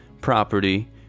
property